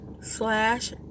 slash